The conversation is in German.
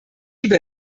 diebe